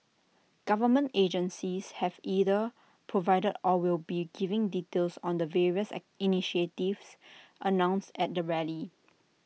government agencies have either provided or will be giving details on the various at initiatives announced at the rally